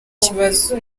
kibazo